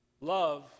Love